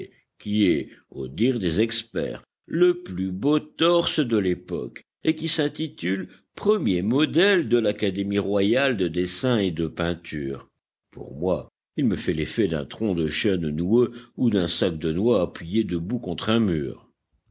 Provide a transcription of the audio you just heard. qui est au dire des experts le plus beau torse de l'époque et qui s'intitule premier modèle de l'académie royale de dessin et de peinture pour moi il me fait l'effet d'un tronc de chêne noueux ou d'un sac de noix appuyé debout contre un mur